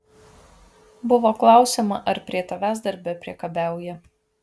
buvo klausiama ar prie tavęs darbe priekabiauja